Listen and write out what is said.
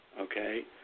Okay